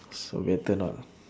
so better not ah